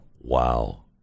Wow